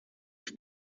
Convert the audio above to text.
his